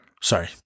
Sorry